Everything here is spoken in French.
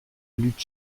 lutte